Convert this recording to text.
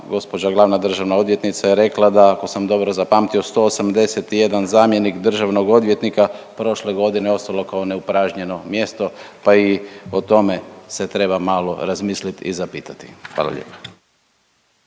gospođa glavna državna odvjetnica je rekla da ako sam dobro zapamtio 181 zamjenik državnog odvjetnika prošle godine je ostalo kao neupražnjeno mjesto, pa i o tome se treba malo razmisliti i zapitati. Hvala lijepa.